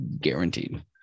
Guaranteed